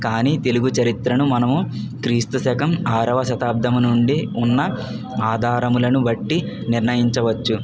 కానీ తెలుగు చరిత్రను మనము క్రీస్తు శకం ఆరవ శతాబ్దం నుండి ఉన్న ఆధారములను బట్టి నిర్ణయించవచ్చు